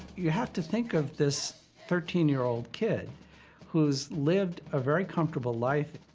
you have to think of this thirteen year old kid who's lived a very comfortable life,